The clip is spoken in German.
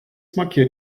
markiert